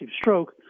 stroke